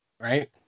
right